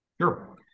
Sure